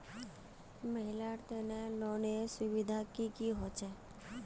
महिलार तने लोनेर सुविधा की की होचे?